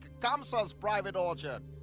kamsa's private orchard,